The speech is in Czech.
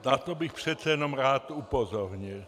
Na to bych přece jenom rád upozornil.